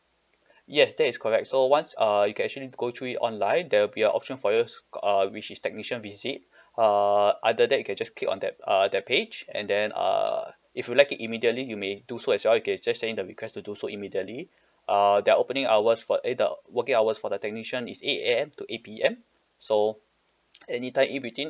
yes that is correct so once err you can actually go through it online there'll be a option for you uh which is technician visit uh under that you can just click on that uh that page and then err if you'd like it immediately you may do so as well you can just send in the request to do so immediately uh their opening hours for eh the working hours for the technician is eight A_M to eight P_M so any time in between